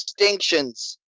extinctions